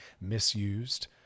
misused